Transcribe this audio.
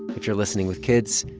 if you're listening with kids,